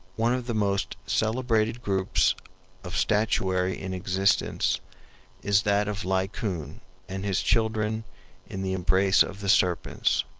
one of the most celebrated groups of statuary in existence is that of laocoon and his children in the embrace of the serpents.